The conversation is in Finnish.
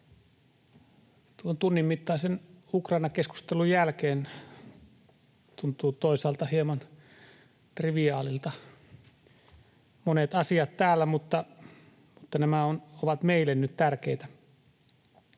Tuon tunnin mittaisen Ukraina-keskustelun jälkeen tuntuvat toisaalta hieman triviaaleilta monet asiat täällä, mutta nämä ovat meille nyt tärkeitä.